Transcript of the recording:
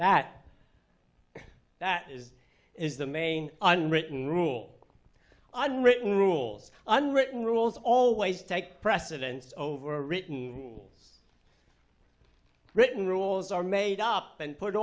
that that is is the main unwritten rule on written rules unwritten rules always take precedence over written written rules are made up and put